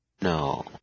No